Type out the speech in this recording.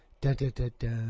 da-da-da-da